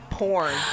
Porn